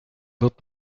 wird